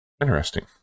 Interesting